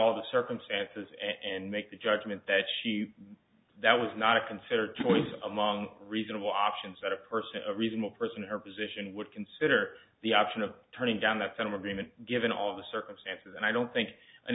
of the circumstances and make the judgment that she that was not a consider two points among reasonable options that a person a reasonable person in her position would consider the option of turning down that kind of agreement given all the circumstances and i don't think an